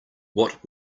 what